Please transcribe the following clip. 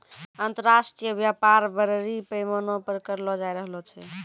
अन्तर्राष्ट्रिय व्यापार बरड़ी पैमाना पर करलो जाय रहलो छै